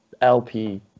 lp